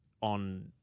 on